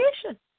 Creation